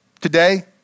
Today